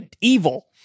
evil